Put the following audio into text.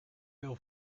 deel